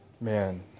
Man